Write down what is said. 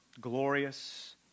glorious